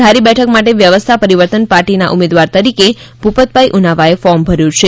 ધારી બેઠક માટે વ્યવસ્થા પરિવર્તન પાર્ટીના ઉમેદવાર તરીકે ભૂપતભાઇ ઉનાવાએ ફોર્મ ભર્યું છે